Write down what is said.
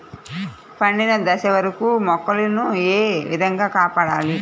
పండిన దశ వరకు మొక్కల ను ఏ విధంగా కాపాడాలి?